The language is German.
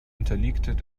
unterliegt